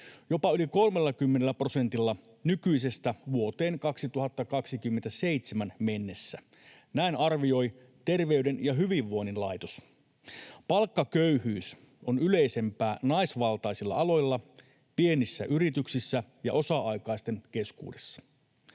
jopa yli 30 prosentilla nykyisestä vuoteen 2027 mennessä. Näin arvioi Terveyden ja hyvinvoinnin laitos. Palkkaköyhyys on yleisempää naisvaltaisilla aloilla, pienissä yrityksissä ja osa-aikaisten keskuudessa.